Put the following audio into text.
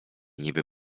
niby